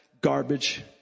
garbage